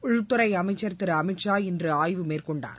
உள்துறை அமைச்சர் திரு அமித் ஷா இன்று ஆய்வு மேற்கொண்டார்